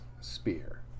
spear